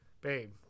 Babe